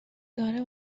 داره